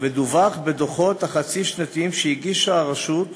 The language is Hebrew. ודווח בדוחות החצי-שנתיים שהגישה הרשות.